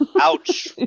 Ouch